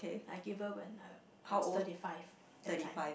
I give birth when I I was thirty five that time